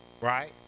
right